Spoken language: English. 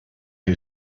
who